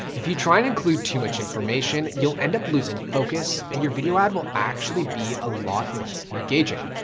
if you try and include too much information, you'll end up losing focus and your video ad will actually be a lot less engaging.